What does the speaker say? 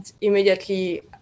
immediately